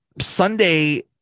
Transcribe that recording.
Sunday